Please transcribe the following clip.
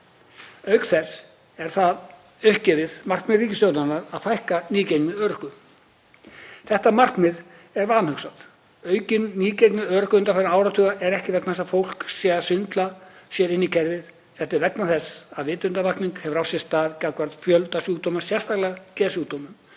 Auk þess er uppgefið markmið ríkisstjórnarinnar að draga úr nýgengi örorku. Þetta markmið er vanhugsað. Aukið nýgengi örorku undanfarinna áratuga er ekki vegna þess að fólk sé að svindla sér inn í kerfið. Þetta er vegna þess að vitundarvakning hefur átt sér stað gagnvart fjölda sjúkdóma, sérstaklega geðsjúkdómum.